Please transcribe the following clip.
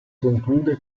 conclude